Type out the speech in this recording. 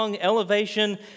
Elevation